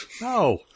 No